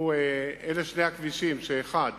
אלה שני הכבישים, שהאחד